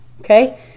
okay